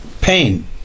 pain